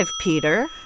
Peter